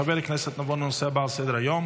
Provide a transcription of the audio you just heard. חברי הכנסת, נעבור לנושא הבא על סדר-היום,